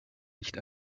nicht